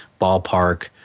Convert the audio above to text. ballpark